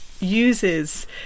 uses